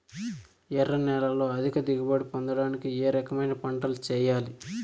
ఎర్ర నేలలో అధిక దిగుబడి పొందడానికి ఏ రకమైన పంటలు చేయాలి?